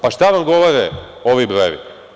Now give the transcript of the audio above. Pa, šta vam govore ovi brojevi?